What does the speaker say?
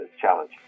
challenge